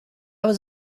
was